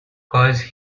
cause